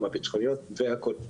גם הבטחוניות והכל.